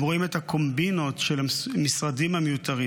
הם רואים את הקומבינות של המשרדים המיותרים.